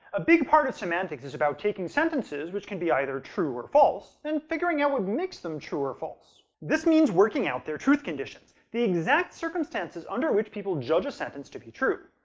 a big part of semantics is about taking sentences, which can be either true or false, and figuring out what makes them true or false. this means working out their truth conditions the exact circumstances under which people judge a sentence to be true.